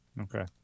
Okay